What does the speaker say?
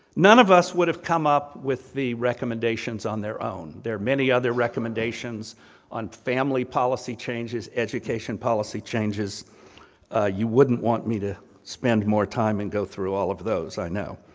none of us would have come up with the recommendations on their own, there are many other recommendations on family policy changes, education policy changes you wouldn't want me to spend more time and go through all of those, i know.